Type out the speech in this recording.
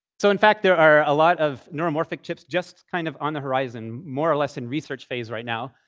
so in fact, there are a lot of neuromorphic chips just kind of on the horizon, more or less in research phase right now.